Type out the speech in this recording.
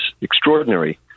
extraordinary